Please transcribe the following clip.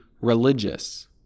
religious